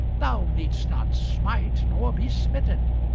thou needst not smite nor be smitten.